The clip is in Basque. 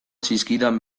zizkidan